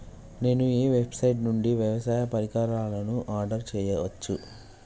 నేను ఏ వెబ్సైట్ నుండి వ్యవసాయ పరికరాలను ఆర్డర్ చేయవచ్చు?